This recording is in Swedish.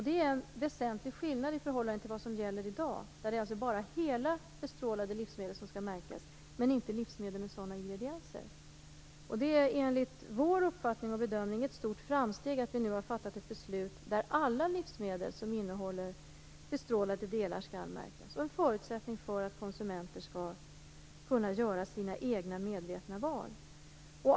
Det är en väsentlig skillnad i förhållande till vad som gäller i dag, där det alltså bara är hela bestrålade livsmedel som skall märkas men inte livsmedel med sådana ingredienser. Enligt vår uppfattning och bedömning är det ett stort framsteg att vi nu har fattat ett beslut där alla livsmedel som innehåller bestrålade delar skall märkas. Det är en förutsättning för att konsumenterna skall kunna göra sina egna medvetna val.